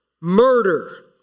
murder